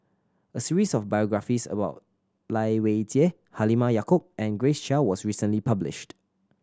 a series of biographies about Lai Weijie Halimah Yacob and Grace Chia was recently published